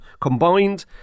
combined